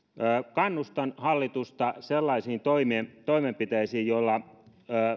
kannustan hallitusta sellaisiin toimenpiteisiin joilla